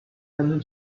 ten